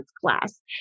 class